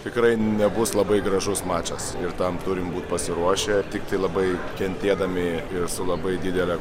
tikrai nebus labai gražus mačas ir tam turim būt pasiruošę tiktai labai kentėdami ir su labai didele